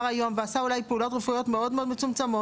היום ועשה אולי פעולות רפואיות מאוד מצומצמות,